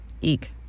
Eek